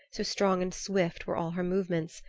so strong and swift were all her movements,